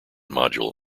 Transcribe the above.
module